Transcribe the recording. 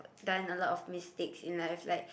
done a lot of mistakes in life like